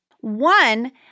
One